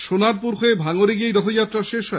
সোনারপুর হয়ে ভাঙড়ে গিয়ে এই রথযাত্রা শেষ হয়